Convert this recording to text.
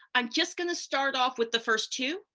i'm just going to start off with the first two,